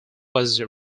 was